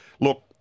Look